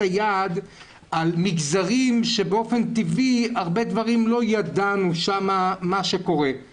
היד על מגזרים שבאופן טבעי הרבה דברים לא ידענו מה שקורה שם.